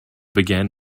began